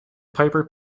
piper